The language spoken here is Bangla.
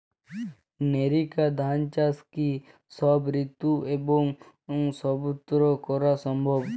নেরিকা ধান চাষ কি সব ঋতু এবং সবত্র করা সম্ভব?